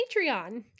Patreon